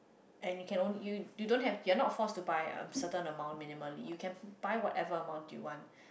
and you can only you don't have you are not forced to buy um certain amount minimally you can buy whatever amount you want